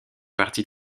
partie